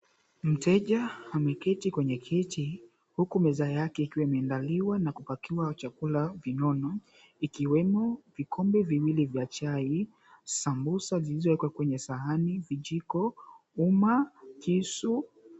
Mteja ameketi kwenye kiti huku meza yake ikiwa imeandaliwa na kupakiwa chakula vinono, ikiwemo vikombe viwili vya chai, sambusa zilizowekwa kwenye sahani, vijiko, uma, kisu...